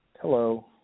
Hello